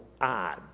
odd